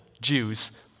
Jews